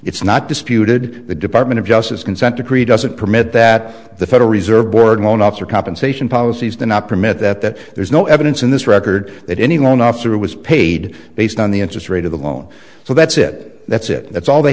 it's not disputed the department of justice consent decree doesn't permit that the federal reserve board loan officer compensation policies do not permit that there's no evidence in this record that any one officer was paid based on the interest rate of the loan so that's it that's it that's all they